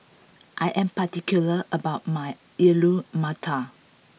I am particular about my Alu Matar